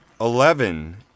Eleven